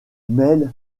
donc